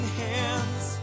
hands